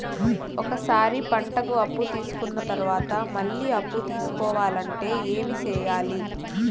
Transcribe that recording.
ఒక సారి పంటకి అప్పు తీసుకున్న తర్వాత మళ్ళీ అప్పు తీసుకోవాలంటే ఏమి చేయాలి?